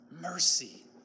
Mercy